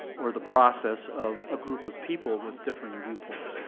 or the process of a group of people with differing viewpoints.